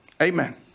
Amen